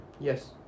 Yes